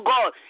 God